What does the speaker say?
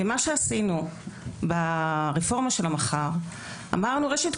מה שעשינו ברפורמה של המח"ר הוא שאמרנו: ראשית,